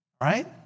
right